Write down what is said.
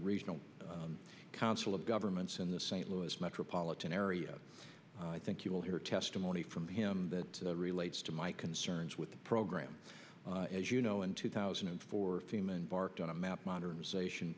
regional council of governments in the st louis metropolitan area i think you will hear testimony from him that relates to my concerns with the program as you know in two thousand and four team and barked on a map modernization